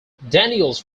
daniels